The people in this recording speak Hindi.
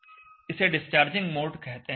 इसे डिस्चार्जिंग मोड कहते हैं